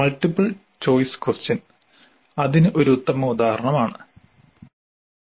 multiple choice question അതിന് ഒരു ഉത്തമ ഉദാഹരണം ആണ്